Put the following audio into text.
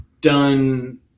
done